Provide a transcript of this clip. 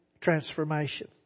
transformation